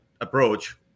approach